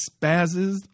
spazzes